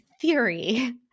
theory